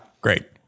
Great